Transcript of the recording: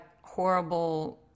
horrible